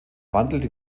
wandelte